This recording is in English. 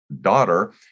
daughter